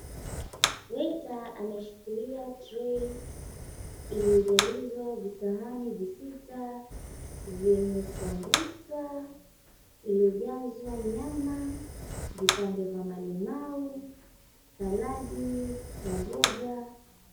Waiter ameshikilia tray iliyojalizwa visahani visita vyenye sambusa iliyojazwa nyama, vipande vya malimau, saladi ya mboga.